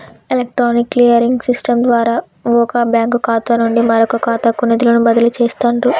electronic clearing system ద్వారా వొక bank ఖాతా నుండి మరొకఖాతాకు నిధులను బదిలీ చేస్తండ్రు